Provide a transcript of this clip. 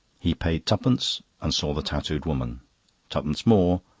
he paid twopence and saw the tatooed woman twopence more,